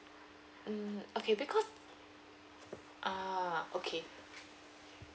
mm okay because ah okay